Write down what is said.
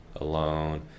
alone